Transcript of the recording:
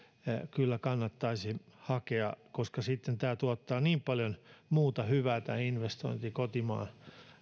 kyllä kannattaisi hakea koska tämä investointi tuottaa niin paljon muuta hyvää kotimaan